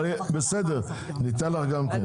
לא משנה, ניתן גם לך.